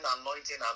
anointing